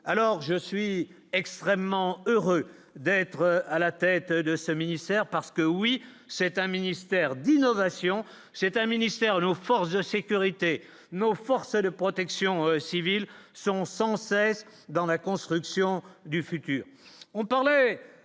alors je suis extrêmement heureuse d'être à la tête de ce ministère parce que, oui, c'est un ministère d'innovation c'est un ministère aux forces de sécurité, nos forces de protection civile sont sans cesse dans la construction du futur